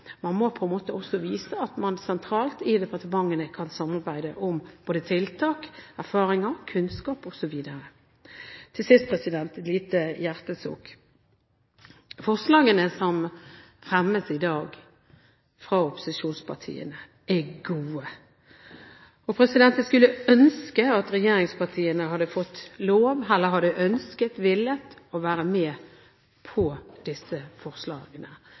Man må også vise at man sentralt, i departementene, kan samarbeide om tiltak, erfaringer, kunnskap osv. Til sist – et lite hjertesukk: Forslagene som fremmes i dag fra opposisjonspartiene, er gode. Jeg skulle ønske at regjeringspartiene hadde villet være med på disse forslagene, for det er ikke bare regjeringspartiene, regjeringen eller departementene som klarer å